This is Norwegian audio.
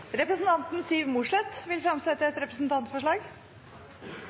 Representanten Siv Mossleth vil fremsette et representantforslag.